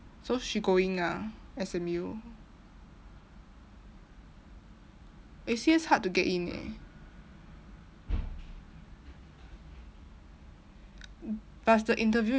so she going ah S_M_U eh C_S hard to get in eh plus the interview